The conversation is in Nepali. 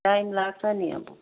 टाइम लाग्छ नि अब